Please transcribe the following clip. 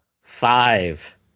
Five